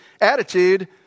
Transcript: attitude